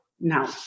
no